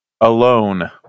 Alone